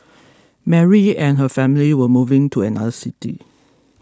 Mary and her family were moving to another city